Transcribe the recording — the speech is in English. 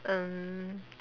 um